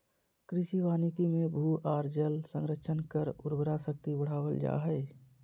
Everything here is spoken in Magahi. कृषि वानिकी मे भू आर जल संरक्षण कर उर्वरा शक्ति बढ़ावल जा हई